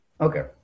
Okay